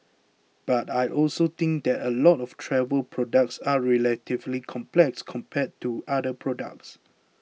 but I also think that a lot of travel products are relatively complex compared to other products